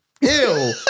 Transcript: Ew